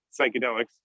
psychedelics